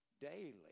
daily